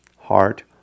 heart